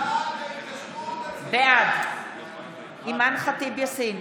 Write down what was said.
בעד אימאן ח'טיב יאסין,